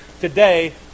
today